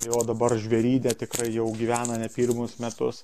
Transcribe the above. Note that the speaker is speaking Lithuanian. o dabar žvėryne tikrai jau gyvena ne pirmus metus